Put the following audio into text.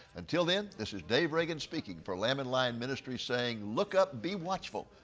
until then this is dave reagan speaking for lamb and lion ministries saying, look up, be watchful,